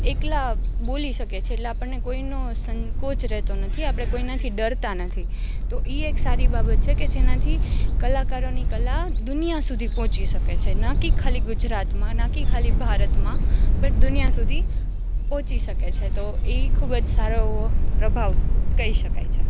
એકલા બોલી શકે છે એટલે આપણને કોઈનો સંકોચ રહેતો નથી આપણે કોઈનાથી ડરતા નથી તો એ એક સારી બાબત છે કે જેનાથી કલાકારોની કલા દુનિયા સુધી પહોંચી શકે છે ન કે ખાલી ગુજરાતમાં ન કે ખાલી ભારતમાં બટ દુનિયા સુધી પહોંચી શકે છે તો એ ખૂબ જ સારો એવો પ્રભાવ કહી શકાય છે